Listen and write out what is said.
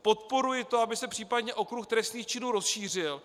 Podporuji to, aby se případně okruh trestných činů rozšířil.